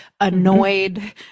annoyed